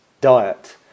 diet